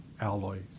alloys